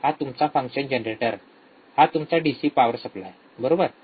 हा आहे तुमचा फंक्शन जनरेटर हा तुमचा डीसी सप्लाय बरोबर आहे